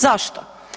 Zašto?